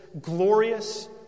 glorious